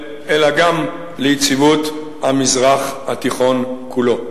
אלא גם ליציבות המזרח התיכון כולו.